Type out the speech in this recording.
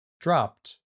dropped